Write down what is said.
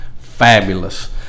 fabulous